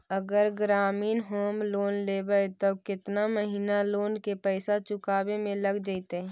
अगर ग्रामीण home loan लेबै त केतना महिना लोन के पैसा चुकावे में लग जैतै?